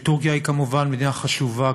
וטורקיה היא כמובן מדינה חשובה,